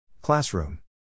Classroom